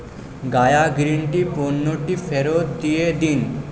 Gaya green tea পণ্যটি ফেরত দিয়ে দিন